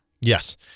Yes